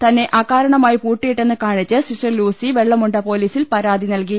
തന്നെ അകാരണമായി പൂട്ടിയിട്ടെന്ന് കാണി ച്ച് സിസ്റ്റർ ലൂസി വെള്ളമുണ്ട പോലീസിൽ പരാതി നൽകി